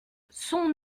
son